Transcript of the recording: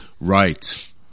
Right